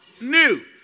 New